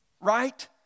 right